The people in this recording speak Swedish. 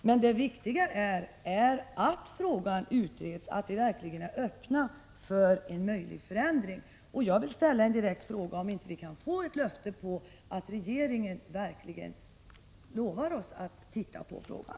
Men det viktiga är att frågan utreds och att vi verkligen är öppna för en förändring. Jag vill ställa en direkt fråga: Kan vi inte få ett löfte om att regeringen verkligen ser på frågan?